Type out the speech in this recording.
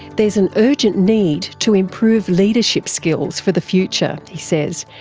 there's an urgent need to improve leadership skills for the future, he says,